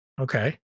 Okay